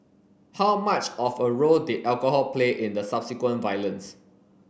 how much of a role did alcohol play in the subsequent violence